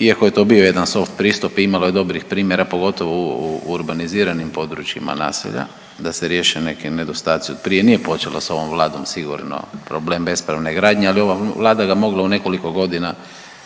iako je to bio jedan soft pristup, imalo je dobrih primjera, pogotovo u urbaniziranim područjima naselja da se riješe neki nedostaci od prije, nije počelo sa ovom Vladom sigurno problem bespravne gradnje, ali ova Vlada ga mogla u nekoliko godina riješit,